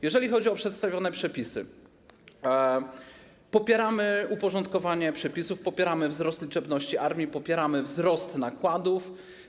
Jeżeli chodzi o przedstawione przepisy, popieramy uporządkowanie przepisów, popieramy wzrost liczebności armii, popieramy wzrost nakładów.